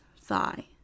thigh